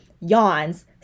yawns